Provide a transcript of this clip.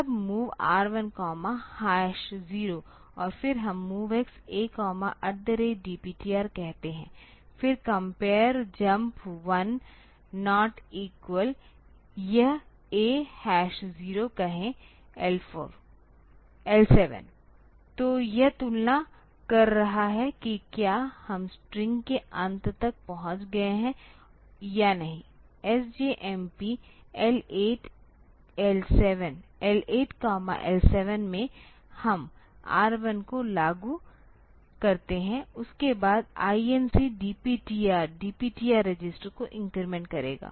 तब MOV R1 0 और फिर हम MOVX A DPTR कहते हैं फिर compare jump one not equal यह A 0 कहें L 7 तो यह तुलना कर रहा है कि क्या हम स्ट्रिंग के अंत तक पहुंच गए हैं या नहीं SJMP L 8 L 7 में हम R 1 को लागू करते हैं उसके बाद INC DPTR DPTR रजिस्टर को इन्क्रीमेंट करेगा